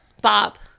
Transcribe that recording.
Bob